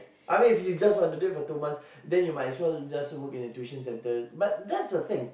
I mean if you just want to do it for two months then you might as well just work in a tuition centre but that's the thing